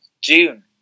June